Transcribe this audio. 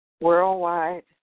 Worldwide